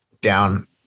down